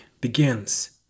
begins